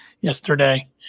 yesterday